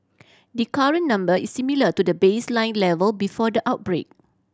the current number is similar to the baseline level before the outbreak